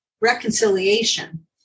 reconciliation